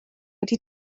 wedi